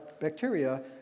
bacteria